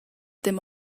them